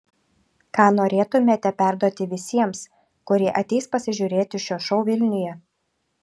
ką norėtumėte perduoti visiems kurie ateis pasižiūrėti šio šou vilniuje